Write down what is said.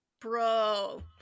Bro